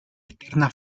eterna